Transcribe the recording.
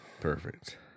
Perfect